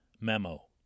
memo